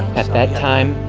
at that time,